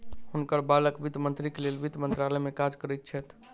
हुनकर बालक वित्त मंत्रीक लेल वित्त मंत्रालय में काज करैत छैथ